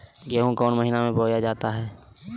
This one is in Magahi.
गेहूँ कौन महीना में बोया जा हाय?